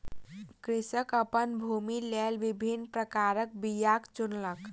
कृषक अपन भूमिक लेल विभिन्न प्रकारक बीयाक चुनलक